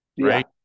Right